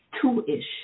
two-ish